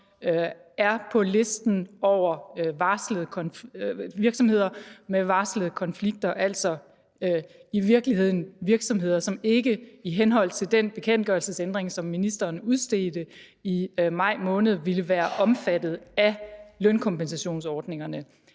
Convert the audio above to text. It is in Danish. er på listen over virksomheder med varslede konflikter, altså i virkeligheden virksomheder, som ikke i henhold til den bekendtgørelsesændring, som ministeren udstedte i maj måned, ville være omfattet af lønkompensationsordningerne.